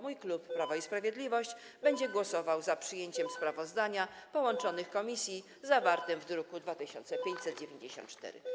Mój klub, Prawo i Sprawiedliwość, będzie głosował za przyjęciem sprawozdania połączonych komisji zawartego w druku nr 2594.